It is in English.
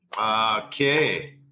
okay